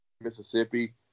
Mississippi